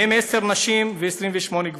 עשר נשים ו-28 גברים.